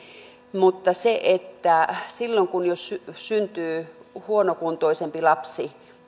mutta silloin jos syntyy huonokuntoisempi lapsi